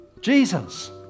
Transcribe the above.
Jesus